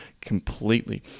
completely